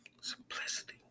Simplicity